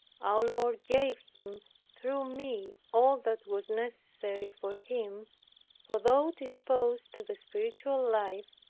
our lord gave him through me all that was necessary for him for though disposed to the spiritual life,